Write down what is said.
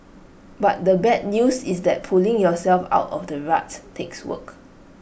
but the bad news is that pulling yourself out of the rut takes work